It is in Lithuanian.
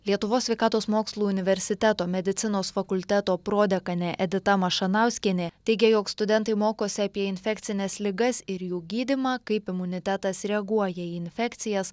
lietuvos sveikatos mokslų universiteto medicinos fakulteto prodekanė edita mašanauskienė teigė jog studentai mokosi apie infekcines ligas ir jų gydymą kaip imunitetas reaguoja į infekcijas